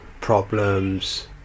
problems